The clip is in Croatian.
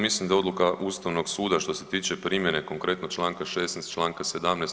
Mislim da odluka Ustavnog suda što se tiče primjene konkretno Članka 16., Članka 17.